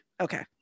okay